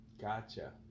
Gotcha